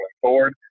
forward